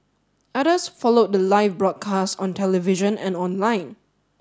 others followed the live broadcast on television and online